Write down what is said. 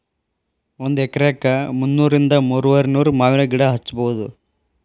ಒಂದ ಎಕರೆಕ ಮುನ್ನೂರಿಂದ ಮೂರುವರಿನೂರ ಮಾವಿನ ಗಿಡಾ ಹಚ್ಚಬೌದ